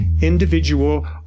individual